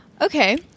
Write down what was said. Okay